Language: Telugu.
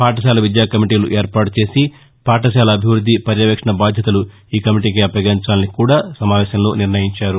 పాఠశాల విద్యా కమిటీలు ఏర్పాటు చేసి పాఠశాల అభివృద్ది పర్యవేక్షణ బాధ్యతలు ఈ కమిటీకే అప్పగించాలని నిర్ణయించారు